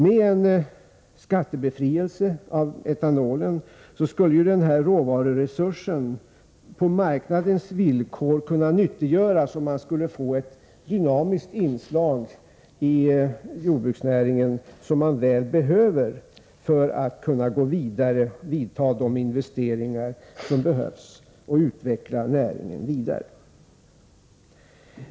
Med en skattebefrielse för etanol skulle denna råvaruresurs kunna nyttiggöras på marknadens villkor, och man skulle få ett dynamiskt inslag i jordbruksnäringen, något som man väl behöver för att kunna gå vidare och göra de investeringar som behövs för att utveckla näringen.